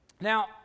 Now